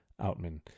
Outman